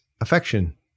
affection